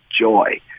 joy